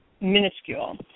minuscule